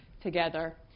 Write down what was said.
together